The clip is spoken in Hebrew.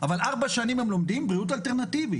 אבל ארבע שנים הם לומדים בריאות אלטרנטיבית.